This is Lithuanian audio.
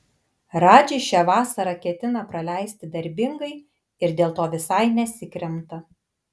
radži šią vasarą ketina praleisti darbingai ir dėl to visai nesikremta